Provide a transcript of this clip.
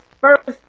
first